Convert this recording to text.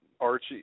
Archie